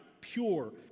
Pure